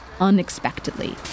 unexpectedly